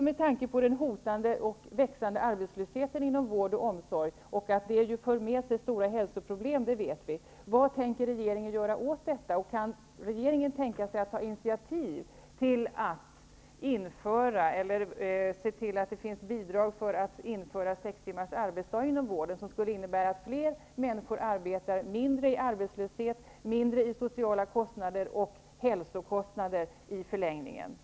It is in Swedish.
Med tanke på den hotande och växande arbetslösheten inom vård och omsorg, som för med sig stora hälsoproblem, vill jag fråga: Vad tänker regeringen göra åt detta? Kan regeringen tänka sig att ta initiativ till ett bidrag för att införa sex timmars arbetsdag inom vården, som skulle innebära att fler människor arbetar, att arbetslösheten minskar och att sociala kostnader, och i förlängningen hälsokostnader, minskar?